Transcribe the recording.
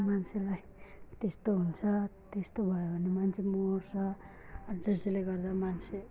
मान्छेलाई त्यस्तो हुन्छ त्यस्तो भयो भने मान्छे मर्छ अनि त्यसले गर्दा मान्छे